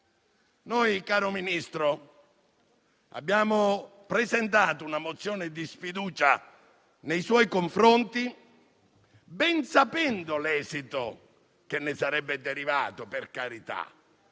Noi, caro Ministro, abbiamo presentato una mozione di sfiducia nei suoi confronti, ben sapendo l'esito che ne sarebbe derivato, per carità.